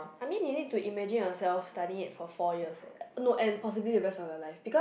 I mean you need to imagine ourselves studying in it four years eh no and possibly the rest of your life your life because